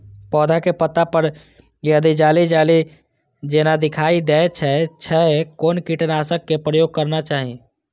पोधा के पत्ता पर यदि जाली जाली जेना दिखाई दै छै छै कोन कीटनाशक के प्रयोग करना चाही?